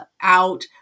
out